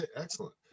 excellent